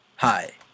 Hi